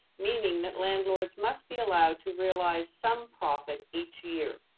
meaning that landlords must be allowed to realize some profit each year.